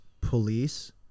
police